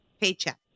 paycheck